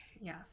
Yes